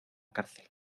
cárcel